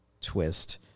twist